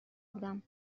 بودم